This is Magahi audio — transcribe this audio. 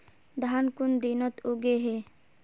धान कुन दिनोत उगैहे